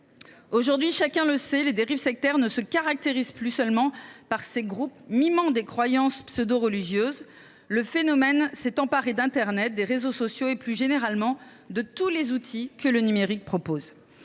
Aujourd’hui, chacun le sait, les dérives sectaires ne s’incarnent plus seulement dans ces groupes mimant des croyances religieuses : le phénomène s’est emparé d’internet, des réseaux sociaux et, plus généralement, de tous les outils du numérique.